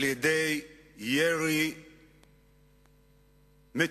על-ידי ירי מטורף